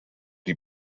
die